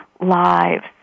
lives